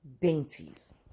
dainties